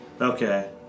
Okay